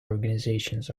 organizations